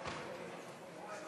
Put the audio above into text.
אני עומדת